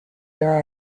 there